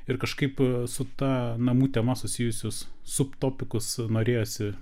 ir kažkaip su ta namų tema susijusius subtropikus norėjosi